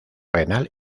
renal